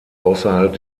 außerhalb